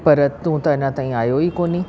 पर तूं त अञा ताईं आयो ई कोन्हे